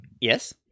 yes